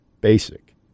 basic